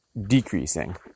decreasing